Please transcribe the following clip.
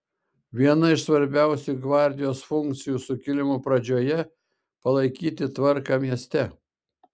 viena iš svarbiausių gvardijos funkcijų sukilimo pradžioje palaikyti tvarką mieste